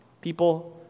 People